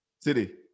City